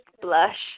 blush